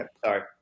Sorry